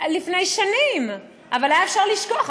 לפני שנים, אבל היה אפשר לשכוח.